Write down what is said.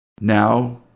Now